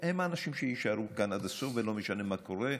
הם האנשים שיישארו כאן עד הסוף, ולא משנה מה קורה,